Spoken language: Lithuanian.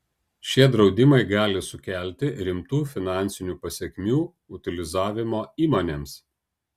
šie draudimai gali sukelti rimtų finansinių pasekmių utilizavimo įmonėms